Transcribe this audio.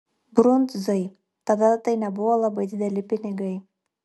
brundzai tada tai nebuvo labai dideli pinigai